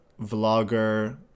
vlogger